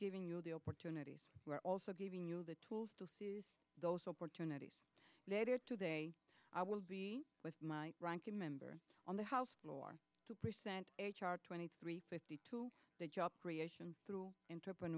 giving you the opportunities we're also giving you the tools to see those opportunities later today i will be with my ranking member on the house floor two percent h r twenty three fifty two the job creation through interpret